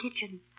kitchen